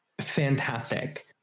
Fantastic